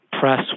Press